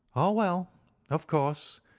oh, well of course,